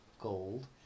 gold